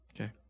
Okay